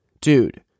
dude